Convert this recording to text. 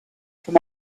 from